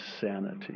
sanity